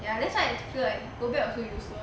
ya that's why aren't good go back who use